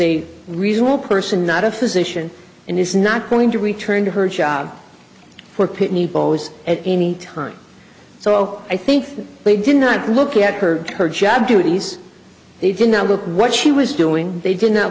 reasonable person not a physician and is not going to return to her job for pitney bowes at any time so i think we did not look at her her job duties they did not look what she was doing they did not